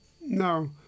no